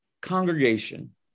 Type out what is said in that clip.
congregation